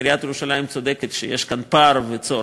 עיריית ירושלים צודקת שיש כאן פער וצורך,